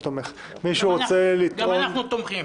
גם אנחנו תומכים.